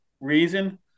reason